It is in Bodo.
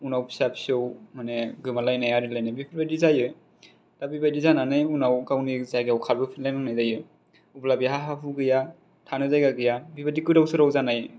उनाव फिसा फिसौ माने गोमालायनाय आरि लायनाय बेफोरबायदि जायो दा बेबायदि जानानै उनाव गावनि जायगायाव खारबो फिननां लायनाय जायो अब्ला बेहा हा हु गैया थानो जायगा गैया बिबायदि गोदाव सोराव जानाय